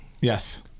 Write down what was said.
Yes